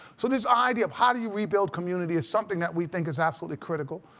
so this idea of how do you rebuild community is something that we think is absolutely critical.